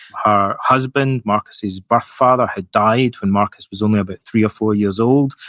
her husband, marcus's birth father, had died when marcus was only about three or four years old,